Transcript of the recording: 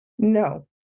No